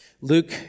Luke